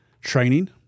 training